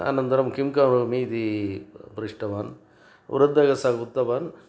अनन्तरं किं करोमि इति प्र पृष्टवान् वृद्धं सः उक्तवान्